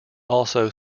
also